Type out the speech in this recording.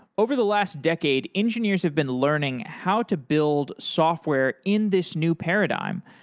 over the last decade engineers had been learning how to build software in this new paradigm.